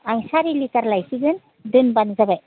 आं सारि लिटार लायसिगोन दोनबानो जाबाय